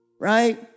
right